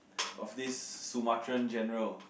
of this Sumatran general